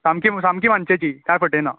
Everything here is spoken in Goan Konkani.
सामकीं सामकीं मानशेची कांय फटयना